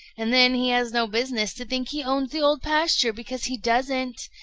and then, he has no business to think he owns the old pasture, because he doesn't.